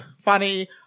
funny